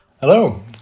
Hello